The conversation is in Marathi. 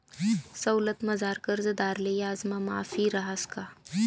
सवलतमझार कर्जदारले याजमा माफी रहास का?